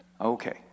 Okay